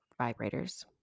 vibrators